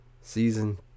Season